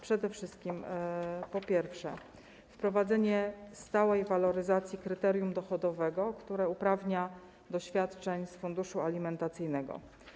Po pierwsze, wprowadzenie stałej waloryzacji kryterium dochodowego, które uprawnia do świadczeń z funduszu alimentacyjnego.